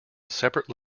separate